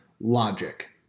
logic